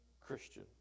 Christian